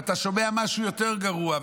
ואתה שומע משהו יותר גרוע,